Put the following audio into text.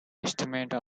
estimate